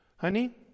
Honey